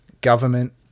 government